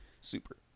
Super